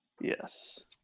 yes